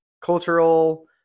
cultural